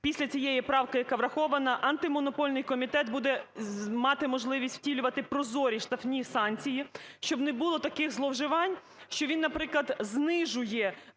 після цієї правки, яка врахована, Антимонопольний комітет буде мати можливість втілювати прозорі штрафні санкції, щоб не було таких зловживань, що він, наприклад, знижує